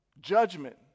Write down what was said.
judgment